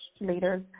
leaders